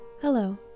Hello